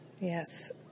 yes